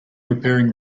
repairing